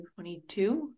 22